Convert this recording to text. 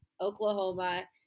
Oklahoma